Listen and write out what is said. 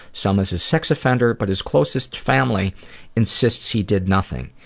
some as a sex offender but his closest family insists he did nothing.